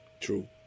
True